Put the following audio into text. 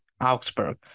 Augsburg